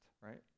right